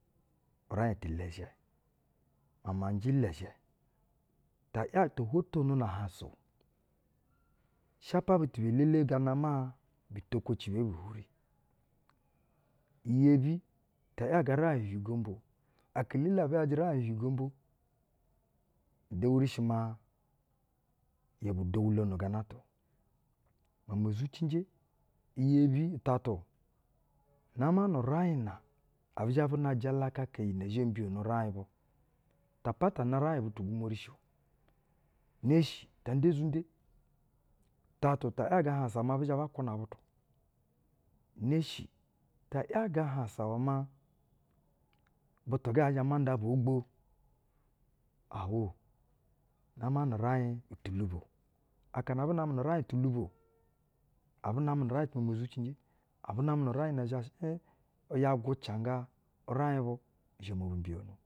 Uraiŋ tɛ lɛzhɛ, ma ma njɛ lɛzhɛ. Ta ‘ya, to hwotono na-ahaŋsa o, shapa butu be-elele gana maa bu tokwoci bee bu hwuri. Iyebi ta ‘yaga uraiŋ uhiuhiu gombo o, aka elele abu ‘yajɛ uraiŋ uhiuhiu gombo, i dewuri shi maa yo bu dowulono gana atao. Meme zuci njɛ. Iyebi, utatu, na nu uraiŋ na abɛ zhɛ bun a jalakaka iyi nɛ mbiyono uraiŋ bu. Ta patanga uraiŋ butugwumwa rishe o, uneshi, ta nda izunde, tatu, ta ‘yaga ahaŋsa maa bi zhɛ ba kwuna butu uneshi, ta ‘yaga ahansa maa butu ga nzhɛ ma nda bu ogbo, awo. Nama nu uraiŋ tububo, aka na abu namɛ nu-uraiŋ meme zucinje, abu namɛ nu-uraiŋ na zha shɛ ya gwucanga uraiŋ bu.